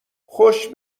خوش